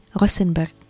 Rosenberg